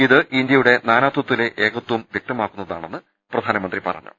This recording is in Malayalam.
ഇത് ഇന്ത്യയുടെ നാനാത്വത്തിലെ ഏകത്വം വൃക്തമാക്കുന്നതാണെന്നും പ്രധാനമന്ത്രി പറഞ്ഞു